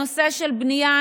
הנושא של בנייה,